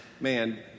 Man